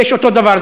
יש אותו דבר.